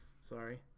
Sorry